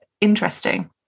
interesting